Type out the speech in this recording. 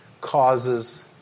causes